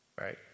Right